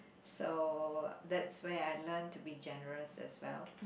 so that's where I learn to be generous as well